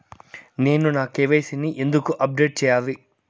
నేను నా కె.వై.సి ని ఎందుకు అప్డేట్ చెయ్యాలి?